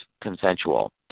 consensual